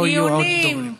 לא יהיו עוד דוברים.